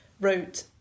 wrote